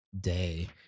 day